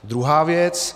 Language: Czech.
Druhá věc.